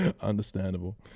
understandable